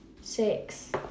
six